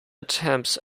attempts